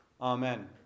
Amen